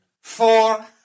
four